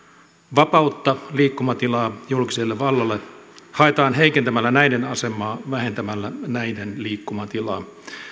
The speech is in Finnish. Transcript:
vapautta liikkumatilaa julkiselle vallalle haetaan heikentämällä näiden asemaa vähentämällä näiden liikkumatilaa